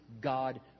God